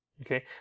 okay